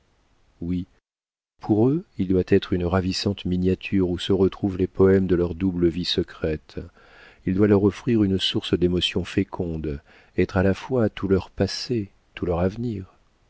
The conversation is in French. oui pour eux il doit être une ravissante miniature où se retrouvent les poèmes de leur double vie secrète il doit leur offrir une source d'émotions fécondes être à la fois tout leur passé tout leur avenir